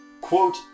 quote